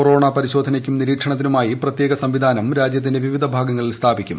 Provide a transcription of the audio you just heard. corona പരിശോധനയ്ക്കും നിരീക്ഷണത്തിനുമായി പ്രത്യേക സംവിധാനം രാജ്യത്തിന്റെ വിവിധ ഭാഗങ്ങളിൽ സ്ഥാപിക്കും